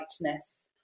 lightness